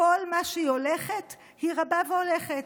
כל מה שהיא הולכת היא רבה והולכת.